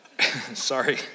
Sorry